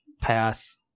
Pass